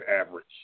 average